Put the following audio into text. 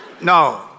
No